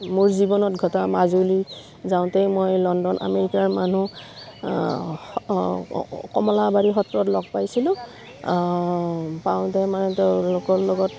মোৰ জীৱনত ঘটা মাজুলী যাওঁতেই মই লণ্ডন আমেৰিকাৰ মানুহ কমলাবাৰী সত্ৰত লগ পাইছিলোঁ পাওঁতে মানে তেওঁলোকৰ লগত